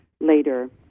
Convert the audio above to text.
later